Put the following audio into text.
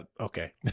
okay